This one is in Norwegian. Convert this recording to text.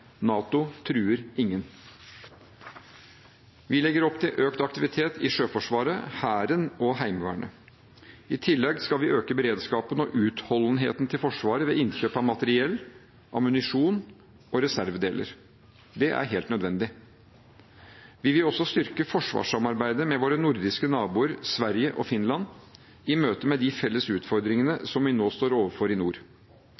NATO truer ingen. Vi legger opp til økt aktivitet i Sjøforsvaret, Hæren og Heimevernet. I tillegg skal vi øke beredskapen og utholdenheten til Forsvaret ved innkjøp av materiell, ammunisjon og reservedeler. Det er helt nødvendig. Vi vil også styrke forsvarssamarbeidet med våre nordiske naboer Sverige og Finland i møte med de felles